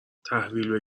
تحویل